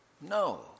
No